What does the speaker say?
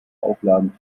aufladen